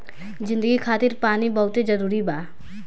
जिंदगी खातिर पानी बहुत जरूरी बा